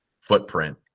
footprint